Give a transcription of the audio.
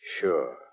Sure